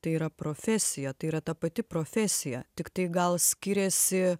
tai yra profesija tai yra ta pati profesija tiktai gal skiriasi